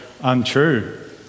untrue